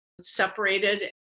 separated